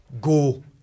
go